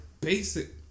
Basic